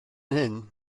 hyn